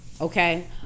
Okay